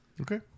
Okay